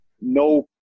no